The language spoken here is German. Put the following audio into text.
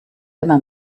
immer